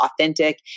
authentic